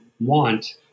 want